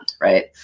right